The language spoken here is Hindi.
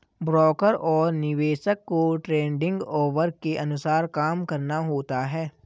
ब्रोकर और निवेशक को ट्रेडिंग ऑवर के अनुसार काम करना होता है